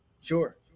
Sure